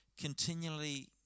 continually